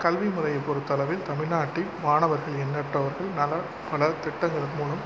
கல்வி முறையை பொறுத்தளவில் தமிழ்நாட்டில் மாணவர்கள் எண்ணற்றவர்கள் நல பல திட்டங்கள் மூலம்